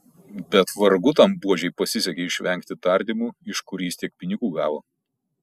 bet vargu tam buožei pasisekė išvengti tardymų iš kur jis tiek pinigų gavo